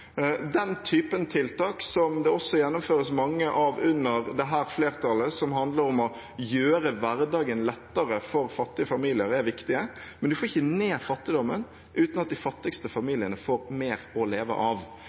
Den typen tiltak som det også gjennomføres mange av under dette flertallet, som handler om å gjøre hverdagen lettere for fattige familier, er viktige, men vi får ikke ned fattigdommen uten at de fattigste familiene får mer å leve av.